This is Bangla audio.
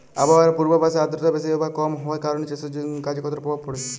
আবহাওয়ার পূর্বাভাসে আর্দ্রতা বেশি বা কম হওয়ার কারণে চাষের কাজে কতটা প্রভাব পড়ে?